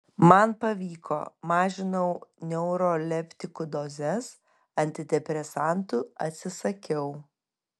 man pavyko mažinau neuroleptikų dozes antidepresantų atsisakiau